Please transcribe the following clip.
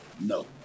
No